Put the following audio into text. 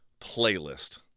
playlist